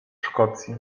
szkocji